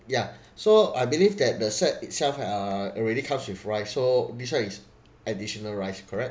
yeah so I believe that the set itself uh already comes with rice so this one is additional rice correct